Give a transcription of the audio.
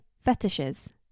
fetishes